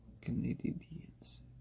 Canadians